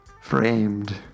framed